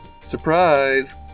surprise